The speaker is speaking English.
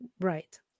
Right